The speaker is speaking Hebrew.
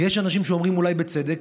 יש אנשים שאומרים, אולי בצדק,